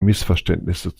missverständnisse